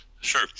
Sure